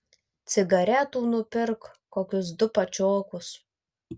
cigaretų nupirk kokius du pačiokus